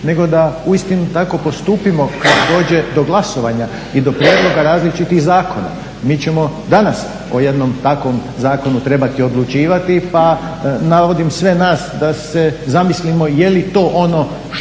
nego da uistinu tako postupimo kad dođe do glasovanja i do prijedloga različitih zakona. Mi ćemo danas o jednom takvom zakonu trebati odlučivati pa navodim sve nas da se zamislimo je li to ono što